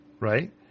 Right